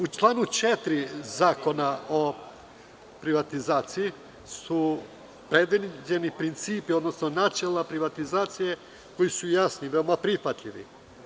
U članu 4. Zakona o privatizaciji su predviđeni principi, odnosno načela privatizacije koja su jasna, veoma prihvatljiva.